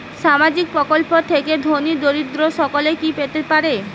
সামাজিক প্রকল্প থেকে ধনী দরিদ্র সকলে কি পেতে পারে?